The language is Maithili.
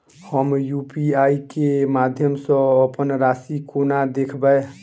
हम यु.पी.आई केँ माध्यम सँ अप्पन राशि कोना देखबै?